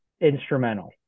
instrumental